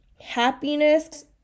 happiness